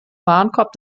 warenkorb